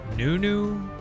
Nunu